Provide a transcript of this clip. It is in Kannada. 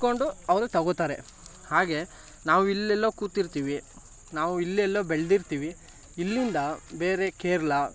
ಇಟ್ಕೊಂಡು ಅವರು ತೊಗೊಳ್ತಾರೆ ಹಾಗೆ ನಾವು ಇಲ್ಲೆಲ್ಲೋ ಕೂತಿರ್ತೀವಿ ನಾವು ಇಲ್ಲೆಲ್ಲೋ ಬೆಳೆದಿರ್ತೀವಿ ಇಲ್ಲಿಂದ ಬೇರೆ ಕೇರಳ